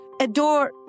adore